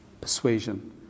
persuasion